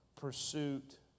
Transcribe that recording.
pursuit